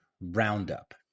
roundup